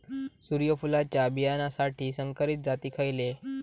सूर्यफुलाच्या बियानासाठी संकरित जाती खयले?